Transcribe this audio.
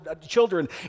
children